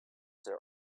their